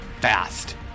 fast